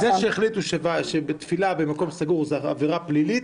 וזה שהחליטו שתפילה במקום סגור זאת עבירה פלילית,